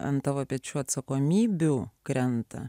ant tavo pečių atsakomybių krenta